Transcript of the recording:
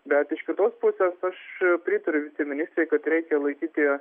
bet iš kitos pusės aš pritariu viceministrei kad reikia laikyti